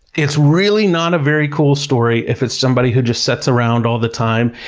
it's really not a very cool story if it's somebody who just sits around all the time,